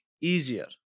easier